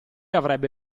avrebbe